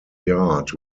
yard